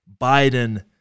Biden